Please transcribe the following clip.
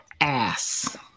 ass